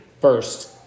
first